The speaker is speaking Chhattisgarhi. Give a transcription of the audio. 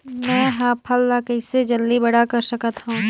मैं ह फल ला कइसे जल्दी बड़ा कर सकत हव?